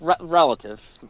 relative